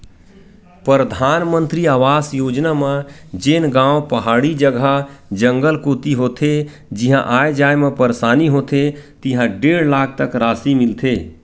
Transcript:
परधानमंतरी आवास योजना म जेन गाँव पहाड़ी जघा, जंगल कोती होथे जिहां आए जाए म परसानी होथे तिहां डेढ़ लाख तक रासि मिलथे